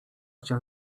cię